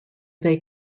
they